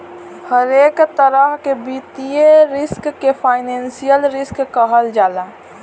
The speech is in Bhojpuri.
हरेक तरह के वित्तीय रिस्क के फाइनेंशियल रिस्क कहल जाला